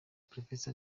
professor